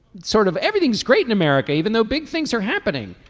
sort of everything's great in america even though big things are happening.